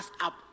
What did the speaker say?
up